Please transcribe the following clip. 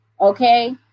okay